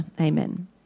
Amen